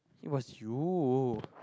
it was you